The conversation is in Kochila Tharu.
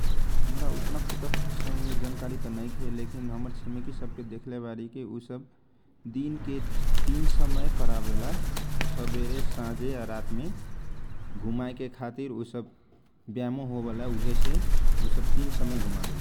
हमरा ओतना कुत्ता सबके त जानकारी त नैखे लेकिन हमर छिमेकी सबके त देखले बारी कि उ सब दिनके तीन समय करावेला सबेरे, साझ या रातमे घुमाएके खातिर, ऊ सबके ब्यामो होगेला जैसे ऊ सब तीन सयम घुमावेला ।